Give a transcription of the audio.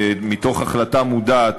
מתוך החלטה מודעת,